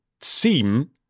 seem